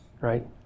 right